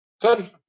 Good